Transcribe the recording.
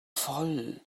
voll